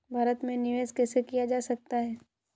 भारत में निवेश कैसे किया जा सकता है?